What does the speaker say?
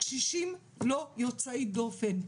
הקשישים לא יוצאי דופן.